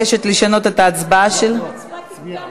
התשע"ה